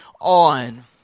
on